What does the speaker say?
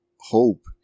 hope